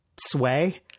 sway